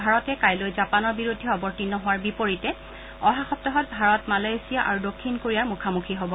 ভাৰতে কাইলৈ জাপানৰ বিৰুদ্ধে অৱতীৰ্ণ হোৱাৰ বিপৰীতে অহা সপ্তাহত ভাৰত মালয়েছিয়া আৰু দক্ষিণ কোৰিয়াৰ মুখামুখি হব